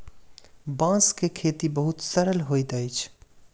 बांस के खेती बहुत सरल होइत अछि